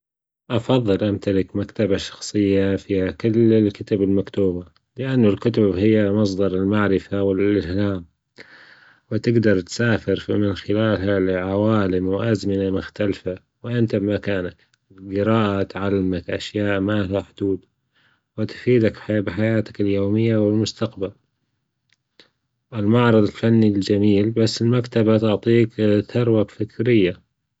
أفضل أمتلك مكتبة شخصية فيها كل الكتب المكتوبة، لأن الكتب هي مصدر المعرفة والإلهام، وتجدر تسافر من خلالها لعوالم وأزمنة مختلفة وأنت بمكانك، الجراية تعلمك أشياء ما في حدود وتفيدك بحياتك اليومية والمستجبل، المعرض الفني الجميل بس المكتبة تعطيك ثروة فكرية.